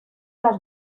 las